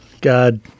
God